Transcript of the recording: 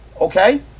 Okay